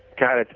god, it's,